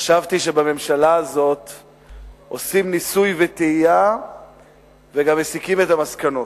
חשבתי שבממשלה הזו עושים ניסוי וטעייה וגם מסיקים את המסקנות.